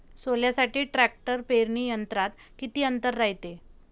सोल्यासाठी ट्रॅक्टर पेरणी यंत्रात किती अंतर रायते?